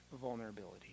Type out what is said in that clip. vulnerability